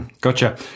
Gotcha